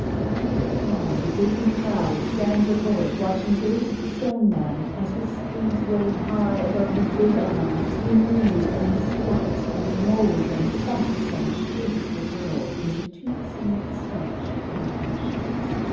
all day long the gaping crowd stands before it, watching david the scone man, as with sleeves rolled high above his big arms, he kneads, and slaps, and molds, and thumps and shapes the dough into toothsome scotch confections.